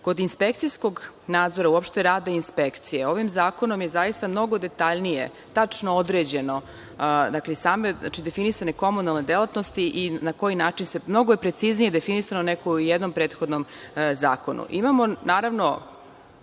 inspekcijskog nadzora, uopšte rada inspekcije, ovim zakonom je mnogo detaljnije, tačno određeno, same definisane komunalne delatnosti i na koji način, mnogo je preciznije definisano nego i u jednom prethodnom zakonu. Imamonaravno,